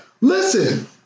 Listen